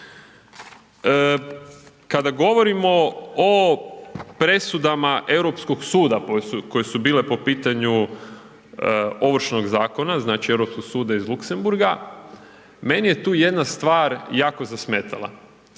Kada govorimo o presudama Europskog suda koje su bile po pitanju Ovršnog zakona, znači Europskog suda iz Luxembourga, meni je tu jedna stvar jako zasmetala.